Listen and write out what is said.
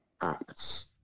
acts